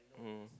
mm